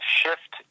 shift